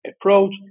approach